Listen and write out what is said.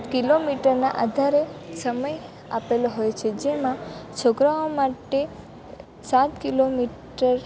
કિલોમીટરના આધારે સમય આપેલો હોય છે જેમાં છોકરાઓ માટે સાત કિલોમીટર